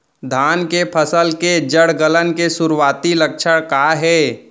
धान के फसल के जड़ गलन के शुरुआती लक्षण का हे?